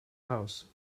house